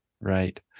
Right